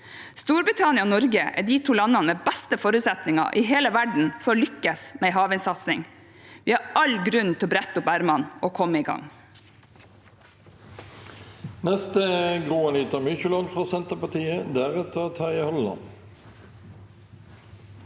Storbritannia og Norge er de to landene med de beste forutsetningene i hele verden for å lykkes med en havvindsatsing. Vi har all grunn til å brette opp ermene og komme i gang.